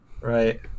Right